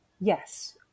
yes